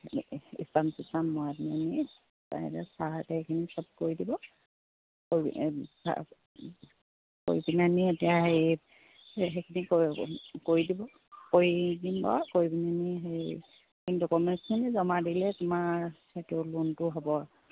ষ্টাম চিষ্টাম মৰাই পিলেনি ছাৰহঁতে সেইখিনি সব কৰি দিব কৰি পিনে আনি এতিয়া সেই সেইখিনি কৰি কৰি দিব কৰি দিম বাৰু কৰি পিলেনি সেই ডকুমেণ্টছখিনি জমা দিলে তোমাৰ সেইটো লোনটো হ'ব